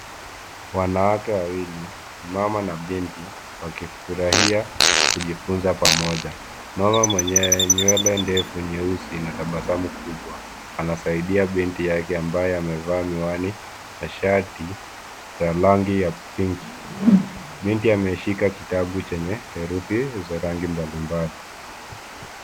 Wanawake wawili, mama na binti wakifurahia kujifunza pamoja, mama mwenye nywele ndefu nyeusi anatabasamu kubwa, anasaidia binti yake ambaye amevaa miwani na shati la rangi ya pinki. Binti ameshika kitabu chenye herufi za rangi mbalimbali.